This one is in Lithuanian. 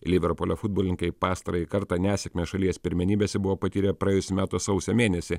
liverpulio futbolininkai pastarąjį kartą nesėkmę šalies pirmenybėse buvo patyrę praėjusių metų sausio mėnesį